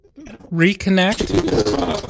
reconnect